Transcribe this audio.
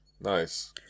Nice